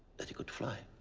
that it could fly.